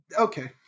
Okay